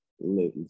live